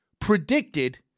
predicted